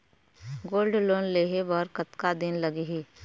Gold loan लेहे बर कतका दिन लगही?